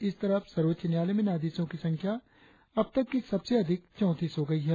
इस तरह अब सर्वोच्च न्यायालय में न्यायाधीशों की संख्या अबतक की सबसे अधिक चौतीस हो गई है